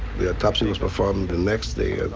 the autopsy was performed the next day.